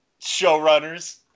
showrunners